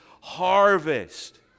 harvest